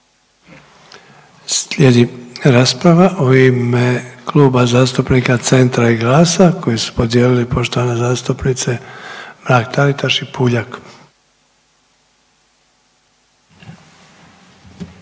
Slijedi rasprava u ime Kluba zastupnika Centra i GLAS-a koji su podijelili poštovane zastupnice Mrak-Taritaš i Puljak.